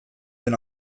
den